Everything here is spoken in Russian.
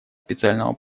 специального